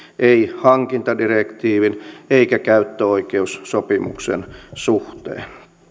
ei hankintadirektiivin eikä käyttöoikeussopimuksen suhteen